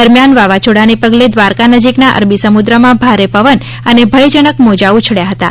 દરમ્યાન વાવાઝોડાને પગલે દ્વારકા નજીકના અરબી સમુદ્રમાં ભારે પવન અને ભયજનક મોજાં ઉછબ્યાં હતાં